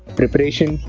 preparation,